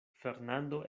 fernando